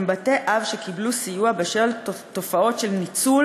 הם בתי-אב שקיבלו סיוע בשל תופעות של ניצול